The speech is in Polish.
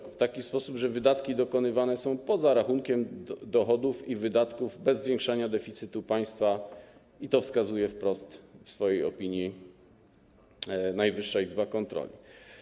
Chodzi o to, że wydatki dokonywane są poza rachunkiem dochodów i wydatków, bez zwiększania deficytu państwa, i na to wskazuje wprost w swojej opinii Najwyższa Izba Kontroli.